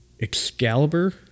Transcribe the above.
Excalibur